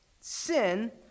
Sin